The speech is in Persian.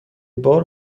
بار